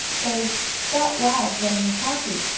cause that wags when he's happy,